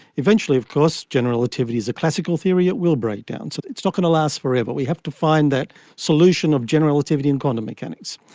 eventually of course general relativity is a classical theory, it will break down, so it's not going to last forever. we have to find that solution of general relativity in quantum mechanics.